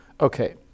okay